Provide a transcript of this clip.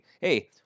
hey